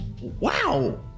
wow